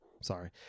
sorry